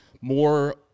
more